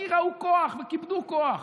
כי ראו כוח וכיבדו כוח,